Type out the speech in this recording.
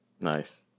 Nice